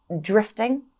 drifting